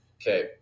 Okay